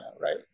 right